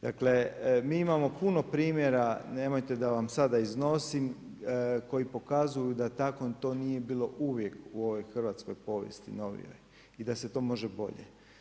Dakle mi imamo puno primjera, nemojte da vam sada iznosim koji pokazuju da tako to nije bilo uvijek u ovoj hrvatskoj novijoj povijesti i da se to može bolje.